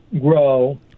grow